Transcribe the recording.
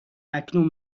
اکنون